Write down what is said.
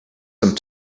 some